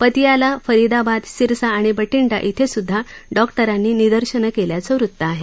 पतियाळा फरीदाबाद सिरसा आणि बठिंडा धिसुद्धा डॉक्टरांनी निदर्शनं केल्याचं वृत्त आहे